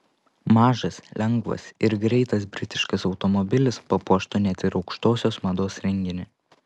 mažas lengvas ir greitas britiškas automobilis papuoštų net ir aukštosios mados renginį